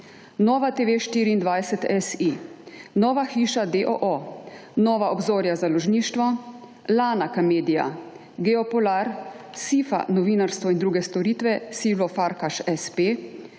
NovaTV24.si, Nova hiša d.o.o., Nova obzorja založništvo, Lanaka Media, Geopolar, Sifa, novinarstvo in druge storitve Silvo Farkaš